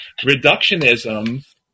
reductionism